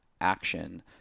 action